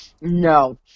No